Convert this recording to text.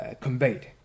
conveyed